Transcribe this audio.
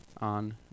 on